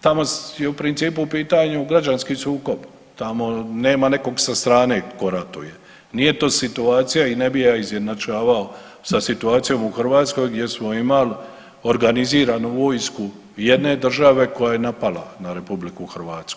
tako je u principu u pitanju građanski sukob, tamo nema nekog sa strane tko ratuje, nije to situacija i ne bi ja izjednačavao sa situacijom u Hrvatskoj gdje smo imali organiziranu vojsku jedne države koja je napala na RH.